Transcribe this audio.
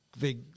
big